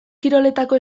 kiroletako